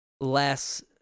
less